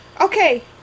Okay